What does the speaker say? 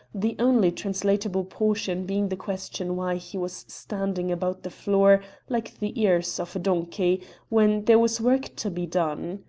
the only translatable portion being the question why he was standing about the floor like the ears of a donkey when there was work to be done.